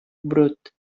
brut